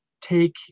take